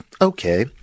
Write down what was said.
okay